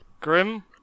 Grim